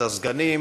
את הסגנים,